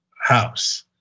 house